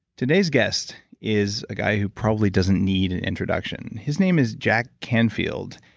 today's guest is a guy who probably doesn't need an introduction. his name is jack canfield,